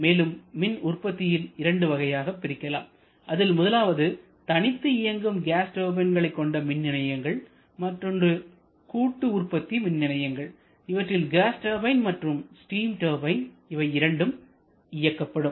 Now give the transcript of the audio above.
மேலும் மின் உற்பத்தியில் இரண்டு வகையாகப் பிரிக்கலாம் அதில் முதலாவது தனித்து இயங்கும் கேஸ் டர்பைன்கள் கொண்ட மின்நிலையங்கள் மற்றொன்று கூட்டு உற்பத்தி மின்நிலையங்கள் இவற்றில் கேஸ் டர்பைன் மற்றும் ஸ்டீம் டர்பைன் இவை இரண்டும் இயக்கப்படும்